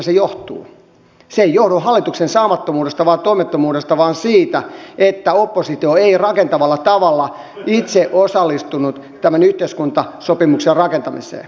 se ei johdu hallituksen saamattomuudesta tai toimettomuudesta vaan siitä että oppositio ei rakentavalla tavalla itse osallistunut tämän yhteiskuntasopimuksen rakentamiseen